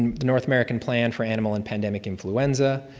and the north american plan for animal and pandemic influenza,